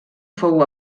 fou